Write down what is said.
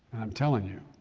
i'm telling you,